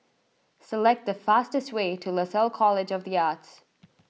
select the fastest way to Lasalle College of the Arts